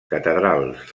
catedrals